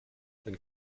wenn